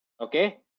Okay